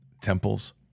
temples